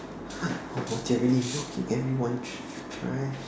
okay we need to be looking everyone try